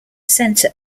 center